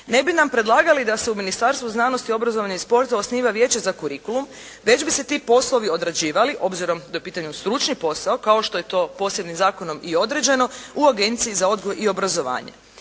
ne bi nam predlagali da se u Ministarstvu znanosti, obrazovanja i sporta osniva vijeće za kurikulum, već bi se ti poslovi odrađivali obzirom da je u pitanju stručni posao kao što je to posebnim zakonom i određeno u Agenciji za odgoj i obrazovanje.